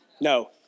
No